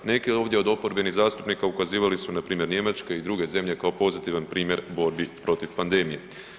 Neki ovdje od oporbenih zastupnika ukazivali su na primjer Njemačke i druge zemlje kao pozitivan primjer borbi protiv pandemije.